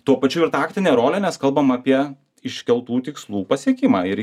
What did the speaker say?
tuo pačiu ir taktinė rolė nes kalbam apie iškeltų tikslų pasiekimą ir